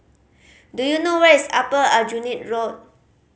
do you know where is Upper Aljunied Road